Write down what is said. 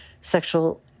sexual